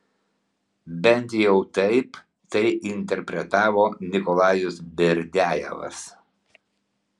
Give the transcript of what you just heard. bent jau taip tai interpretavo nikolajus berdiajevas